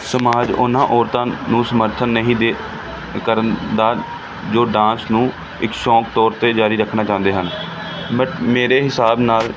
ਸਮਾਜ ਉਹਨਾਂ ਔਰਤਾਂ ਨੂੰ ਸਮਰਥਨ ਨਹੀਂ ਦੇ ਕਰਨ ਦਾ ਜੋ ਡਾਂਸ ਨੂੰ ਇੱਕ ਸ਼ੌਕ ਤੌਰ 'ਤੇ ਜਾਰੀ ਰੱਖਣਾ ਚਾਹੁੰਦੇ ਹਨ ਬੱਟ ਮੇਰੇ ਹਿਸਾਬ ਨਾਲ